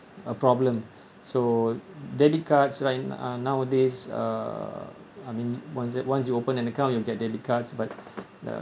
a problem so debit cards right uh nowadays uh I mean once you once you open an account you'll get debit cards but uh